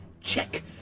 Check